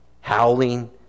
Howling